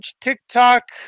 TikTok